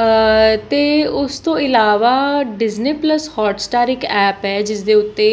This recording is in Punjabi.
ਅਤੇ ਉਸ ਤੋਂ ਇਲਾਵਾ ਡਿਜਨੇ ਪਲੱਸ ਹੋਟਸਟਾਰ ਇੱਕ ਐਪ ਹੈ ਜਿਸਦੇ ਉੱਤੇ